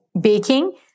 baking